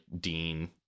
Dean